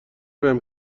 بهم